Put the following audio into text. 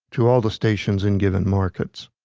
to all the stations in given markets